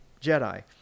Jedi